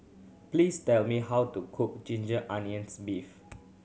please tell me how to cook ginger onions beef